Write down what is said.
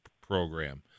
program